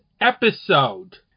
episode